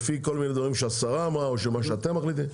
לפי כל מיני דברים שהשרה אמרה או מה שאתם מחליטים,